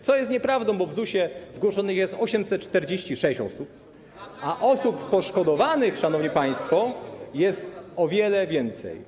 Co jest nieprawdą, bo w ZUS-ie zgłoszonych jest 846 osób, a osób poszkodowanych, szanowni państwo, jest o wiele więcej.